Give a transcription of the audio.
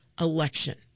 election